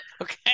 Okay